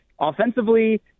Offensively